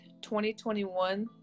2021